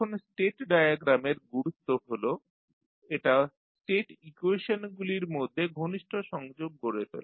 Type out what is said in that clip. এখন স্টেট ডায়াগ্রামের গুরুত্ব হল এটা স্টেট ইকুয়েশনগুলির মধ্যে ঘনিষ্ঠ সংযোগ গড়ে তোলে